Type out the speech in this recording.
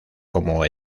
como